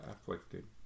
afflicted